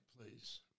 please